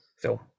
film